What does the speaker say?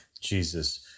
Jesus